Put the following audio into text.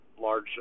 large